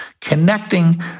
connecting